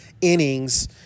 innings